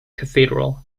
cathedral